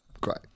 great